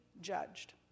judged